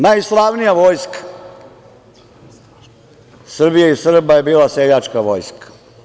Najslavnija vojska Srbije i Srba je bila seljačka vojska.